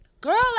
girl